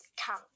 Tongue